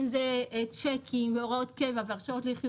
אם זה שיקים והוראות קבע והרשאות לחיוב